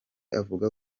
avuga